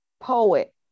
poet